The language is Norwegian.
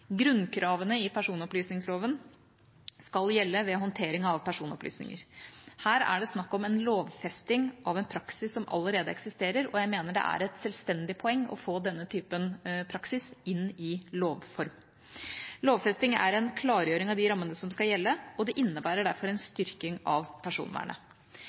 Grunnkravene i personopplysningsloven skal gjelde ved håndtering av personopplysninger. Her er det snakk om en lovfesting av en praksis som allerede eksisterer, og jeg mener det er et selvstendig poeng å få denne typen praksis inn i lovs form. Lovfesting er en klargjøring av de rammene som skal gjelde, og det innebærer derfor en styrking av personvernet.